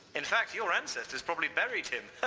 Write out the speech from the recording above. in fact, your ancestors probably buried him!